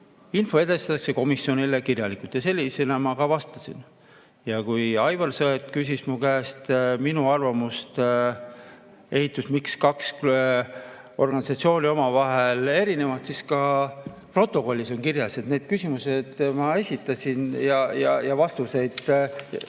Info edastatakse komisjonile kirjalikult." Sellisena ma ka vastasin. Ja kui Aivar Sõerd küsis mu käest minu arvamust, miks kaks organisatsiooni omavahel erinevad, siis ka protokollis on kirjas, et need küsimused ma esitasin ja põhjendasin